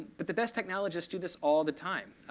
but the best technologists do this all the time.